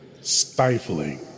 stifling